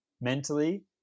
mentally